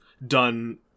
done